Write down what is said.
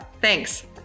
Thanks